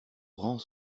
rangs